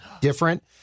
different